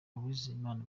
uwizeyimana